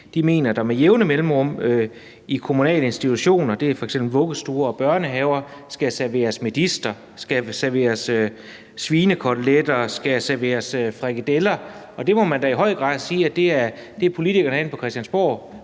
mener, at der med jævne mellemrum i kommunale institutioner, og det er f.eks. vuggestuer og børnehaver, skal serveres medister, skal serveres svinekoteletter, skal serveres frikadeller. Der må man da i høj grad sige, at det er politikerne inde på Christiansborg